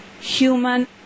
human